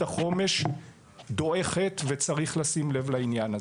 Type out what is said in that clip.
החומש דועכת וצריך לשים לב לעניין הזה.